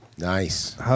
Nice